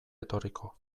etorriko